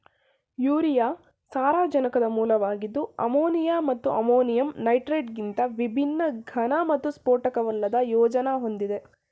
urea ಸಾರಜನಕದ ಮೂಲವಾಗಿದ್ದು ammonia ಮತ್ತು ಅಮೋನಿಯಂ ನೈಟ್ರೇಟ್ಗಿಂತ ಭಿನ್ನವಾಗಿ ಘನ ಮತ್ತು ಸ್ಫೋಟಕವಲ್ಲದ ಪ್ರಯೋಜನ ಹೊಂದಿದೆ